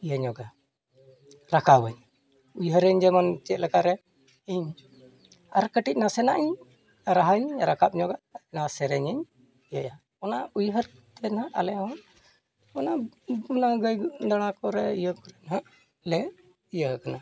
ᱤᱭᱟᱹ ᱧᱚᱜᱼᱟ ᱨᱟᱠᱟᱵᱟᱹᱧ ᱩᱭᱦᱟᱹᱨᱟᱹᱧ ᱡᱮᱢᱚᱱ ᱪᱮᱫ ᱞᱮᱠᱟ ᱨᱮ ᱤᱧ ᱟᱨ ᱠᱟᱹᱴᱤᱡ ᱱᱟᱥᱮ ᱱᱟᱜ ᱤᱧ ᱨᱟᱦᱟᱧ ᱨᱟᱠᱟᱵ ᱧᱚᱜᱼᱟ ᱱᱚᱣᱟ ᱥᱮᱨᱮᱧ ᱤᱧ ᱤᱭᱟᱹᱭᱟ ᱚᱱᱟ ᱩᱭᱦᱟᱹᱨᱛᱮ ᱱᱟᱦᱟᱜ ᱟᱞᱮ ᱦᱚᱸ ᱚᱱᱟ ᱚᱱᱟ ᱜᱟᱹᱭ ᱫᱟᱬᱟ ᱠᱚᱨᱮᱜ ᱤᱭᱟᱹ ᱠᱚᱨᱮᱜ ᱱᱟᱦᱟᱜ ᱞᱮ ᱤᱭᱟᱹ ᱠᱟᱱᱟ